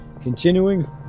Continuing